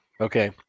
okay